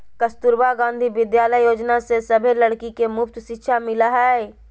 कस्तूरबा गांधी विद्यालय योजना से सभे लड़की के मुफ्त शिक्षा मिला हई